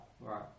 Right